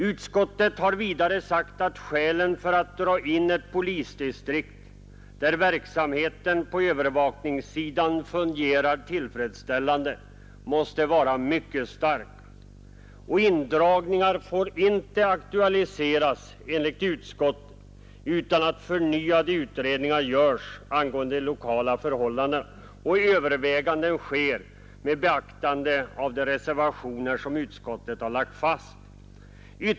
Utskottet har vidare sagt att skälen för att dra in ett polisdistrikt, där verksamheten på övervakningssidan fungerar tillfredsställande, måste vara mycket starka. Indragningar får — enligt utskottet — inte aktualiseras utan att förnyade utredningar görs angående de lokala förhållandena och överväganden sker med beaktande av de reservationer som utskottet har lagt fast.